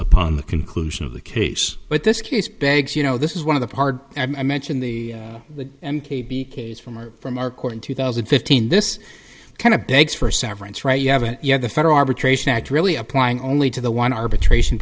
upon the conclusion of the case but this case begs you know this is one of the part i mentioned the k b case from or from our court in two thousand and fifteen this kind of begs for a severance right you haven't yet the federal arbitration act really applying only to the one arbitration